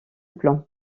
plan